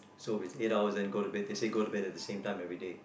so with eight hours and then go to bed they say go to bed at the same time everyday